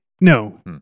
no